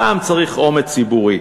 פעם צריך אומץ ציבורי.